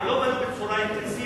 הם לא בנו בצורה אינטנסיבית.